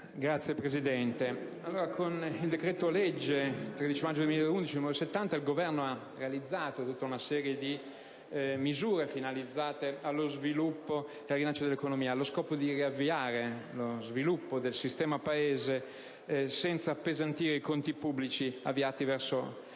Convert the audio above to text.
Signor Presidente, con il decreto-legge 13 maggio 2011, n. 70, il Governo ha realizzato una serie di misure finalizzate allo sviluppo e al rilancio dell'economia, allo scopo di riavviare lo sviluppo del sistema Paese senza appesantire i conti pubblici avviati verso